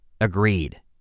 agreed